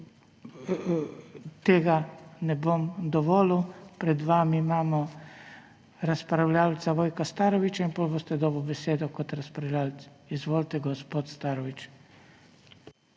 tega ne bom dovolil. Pred vami imamo razpravljavca Vojka Starovića in potem boste dobili besedo kot razpravljavec. Izvolite, gospod Starović.